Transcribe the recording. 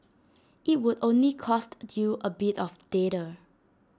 IT would only cost you A bit of data